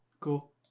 Cool